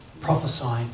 prophesying